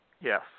Yes